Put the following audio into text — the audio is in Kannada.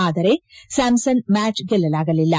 ಆದರೆ ಸ್ಥಾಮ್ನನ್ ಮ್ಲಾಚ್ ಗೆಲ್ಲಲಾಗಲಿಲ್ಲ